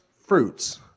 fruits